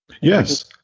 Yes